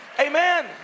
amen